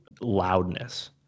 loudness